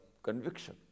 Conviction